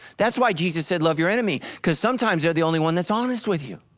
that's why jesus said love your enemy cause sometimes they're the only one that's honest with you.